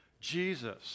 Jesus